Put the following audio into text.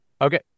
Okay